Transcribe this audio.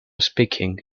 speaking